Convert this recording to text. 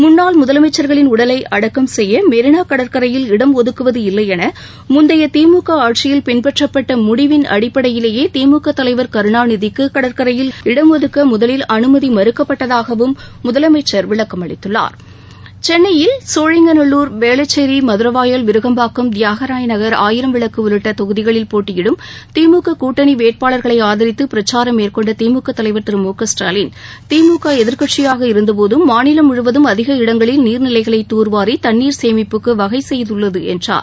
முன்னாள் முதலனமச்சர்களின் உடலை அடக்கம் செய்ய மெரினா கடற்கரையில் இடம் ஒதுக்குவது இல்லையென முந்தைய திமுக ஆட்சியில் பின்பற்றப்பட்ட முடிவின் அடிப்படையிலேயே திமுக தலைவர் கருணாநிதிக்கு கடற்கரையில் இடம் ஒதுக்க முதலில் அமைதி மறுக்கப்பட்டதாகவும் முதலமைச்சர் விளக்கமளித்தார் சென்னையில் சோழிங்கநல்லூர் வேளச்சேரி மதரவாயல் விருகம்பாக்கம் தியாகராயநகர் ஆயிரம் விளக்கு உள்ளிட்ட தொகுதிகளில் போட்டியிடும் திமுக கூட்டணி வேட்பாளர்களை ஆதரித்து பிரச்சாரம் மேற்கொண்ட திமுக தலைவர் திரு மு க ஸ்டாலின் திமுக எதிர்க்கட்சியாக இருந்தபோதும் மாநிலம் முழுவதும் அதிக இடங்களில் நீர்நிலைகளை தூர்வாரி தண்ணீர் சேமிப்புக்கு வகை செய்துள்ளது என்றார்